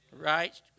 right